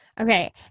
Okay